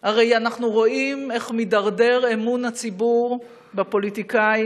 הרי אנחנו רואים איך מידרדר אמון הציבור בפוליטיקאים,